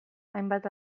hainbat